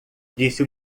disse